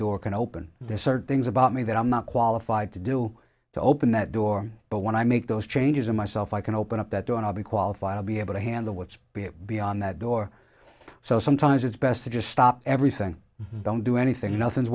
door can open there's certain things about me that i'm not qualified to do to open that door but when i make those changes in myself i can open up that door and i'll be qualified to be able to hand the what's beyond that door so sometimes it's best to just stop everything don't do anything nothing's